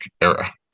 era